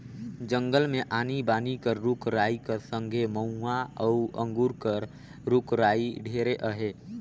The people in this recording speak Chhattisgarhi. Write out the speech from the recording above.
जंगल मे आनी बानी कर रूख राई कर संघे मउहा अउ अंगुर कर रूख राई ढेरे अहे